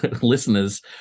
listeners